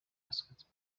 basketball